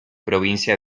provincia